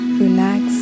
relax